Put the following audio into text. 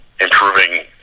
improving